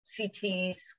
CTs